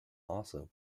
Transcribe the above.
also